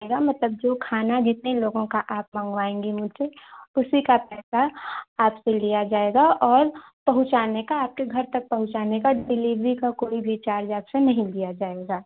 मेरा मतलब जो खाना जितने लोगों का आप मँगवाएँगी मुझसे उसी का पैसा आपसे लिया जाएगा और पहुँचाने का आपके घर तक पहुँचाने की डिलीवरी का कोई भी चार्ज आपसे नहीं लिया जाएगा